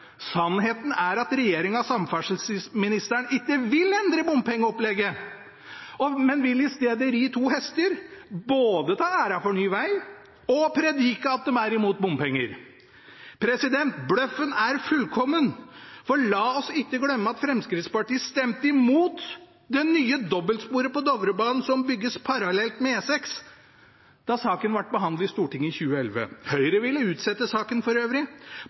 Sannheten er at regjeringen og samferdselsministeren ikke vil endre bompengeopplegget, men vil i stedet ri to hester: både ta æren for ny veg og predike at de er imot bompenger. Bløffen er fullkommen, og la oss ikke glemme at Fremskrittspartiet stemte imot det nye dobbeltsporet på Dovrebanen som bygges parallelt med E6, da saken ble behandlet i Stortinget i 2011 – Høyre ville for øvrig utsette saken. På lørdag sto samferdselsministeren på Strandlykkja og pratet varmt for